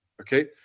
okay